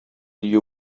you